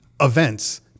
events